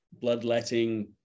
bloodletting